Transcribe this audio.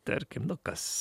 tarkim nu kas